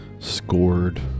scored